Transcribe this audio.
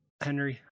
Henry